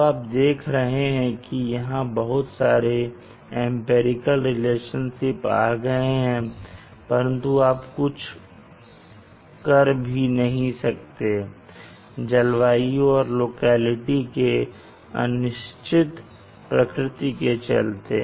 तो आप देख रहे हैं की यहां बहुत सारे एम्पिरिकल रिलेशनशिप आ गए हैं परंतु आप कुछ कर भी नहीं सकते जलवायु और लोकेलिटी के अनिश्चित प्रकृति के चलते